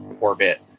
orbit